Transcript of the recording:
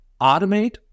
Automate